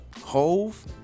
hove